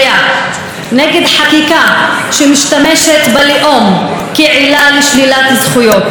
נגד חקיקה שמשתמשת בלאום כעילה לשלילת זכויות או